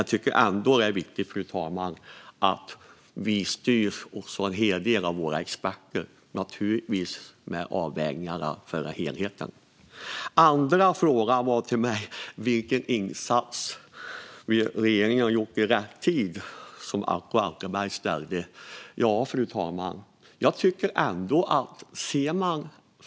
Jag tycker ändå att det är viktigt, fru talman, att vi styrs en hel del av våra experter, naturligtvis med avvägningar för helheten. Den andra frågan Acko Ankarberg ställde till mig var vilka insatser regeringen har gjort vid rätt tid.